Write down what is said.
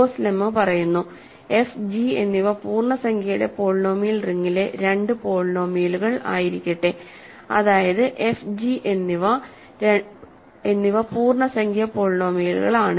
Gauss lemma പറയുന്നു F G എന്നിവ പൂർണ്ണസംഖ്യയുടെ പോളിനോമിയൽ റിംഗിലെ രണ്ട് പോളിനോമിയലുകളായിരിക്കട്ടെ അതായത് എഫ് ജി എന്നിവ പൂർണ്ണസംഖ്യ പോളിനോമിയലുകളാണ്